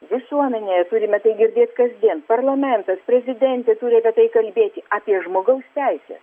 visuomenėje turime tai girdėt kasdien parlamentas prezidentė turi apie tai kalbėti apie žmogaus teises